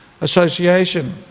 association